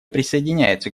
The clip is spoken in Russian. присоединяется